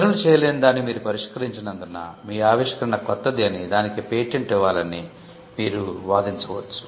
ఇతరులు చేయలేనిదాన్ని మీరు పరిష్కరించినందున మీ ఆవిష్కరణ కొత్తది అని దానికి పేటెంట్ ఇవ్వాలని మీరు వాదించవచ్చు